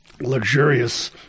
luxurious